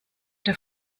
der